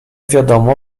wiadomo